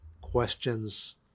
questions